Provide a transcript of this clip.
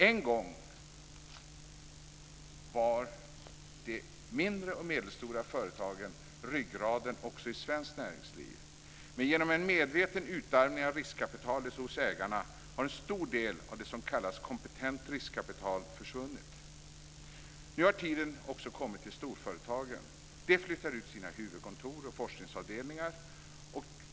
En gång var de mindre och medelstora företagen ryggraden också i svenskt näringsliv. Men genom en medveten utarmning av riskkapitalet hos ägarna har en stor del av det som kallas kompetent riskkapital försvunnit. Nu har tiden också kommit till storföretagen. De flyttar ut sina huvudkontor och forskningsavdelningar.